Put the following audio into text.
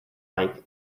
mike